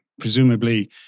Presumably